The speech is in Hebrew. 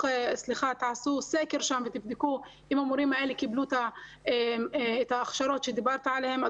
תעשו סקר שם ותבדקו אם המורים האלה קיבלו את ההכשרות שדיברת עליהן,